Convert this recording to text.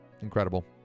Incredible